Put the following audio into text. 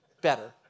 Better